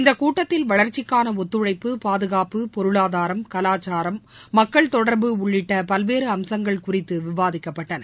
இந்த கூட்டத்தில் வளர்ச்சிக்கான ஒத்துழைப்பு பாதுகாப்பு பொருளாதாரம் கலாச்சாரம் மக்கள் தொடர்பு உள்ளிட்ட பல்வேறு அம்சங்கள் குறித்து விவாதிக்கப்பட்டன